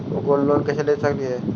Gold loan कैसे ले सकली हे?